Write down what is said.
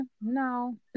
no